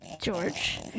George